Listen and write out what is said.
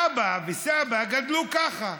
אבא וסבא גדלו ככה.